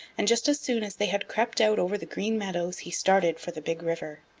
and just as soon as they had crept out over the green meadows he started for the big river.